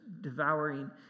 devouring